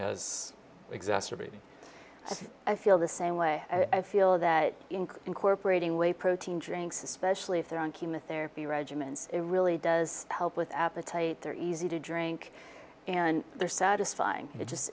as exacerbating so i feel the same way i feel that incorporating way protein drinks especially if they're on chemotherapy regimens it really does help with appetite they're easy to drink and they're satisfying it just